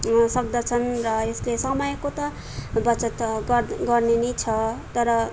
सक्दछन् र यसले समयको त बचत गर्ने नै छ तर